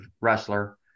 wrestler